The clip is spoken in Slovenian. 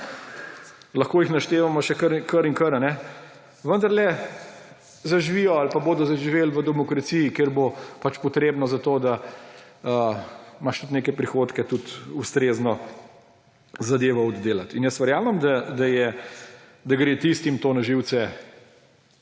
lahko jih naštevamo še kar in kar, vendarle zaživijo ali pa bodo zaživeli v demokraciji, kjer bo treba za to, da imaš neke prihodke, tudi ustrezno zadevo oddelati. Jaz verjamem, da gre tistim to na živce,